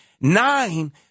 nine